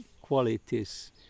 qualities